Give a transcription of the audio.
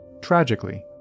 Tragically